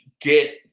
get